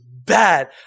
bad